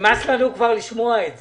נמאס לנו כבר לשמוע את זה.